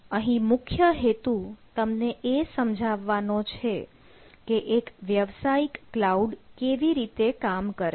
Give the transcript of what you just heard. અહીં મુખ્ય હેતુ તમને એ સમજાવવાનો છે કે એક વ્યવસાયિક કલાઉડ કેવી રીતે કામ કરે છે